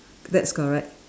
that's correct